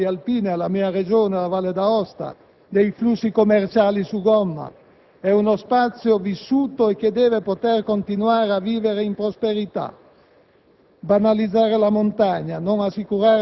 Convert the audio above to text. non è una zona di passaggio (penso alle valli alpine e alla mia Regione, la Valle d'Aosta) dei flussi commerciali su gomma. È uno spazio vissuto e che deve poter continuare a vivere in prosperità.